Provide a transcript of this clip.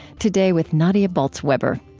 today with nadia bolz-weber.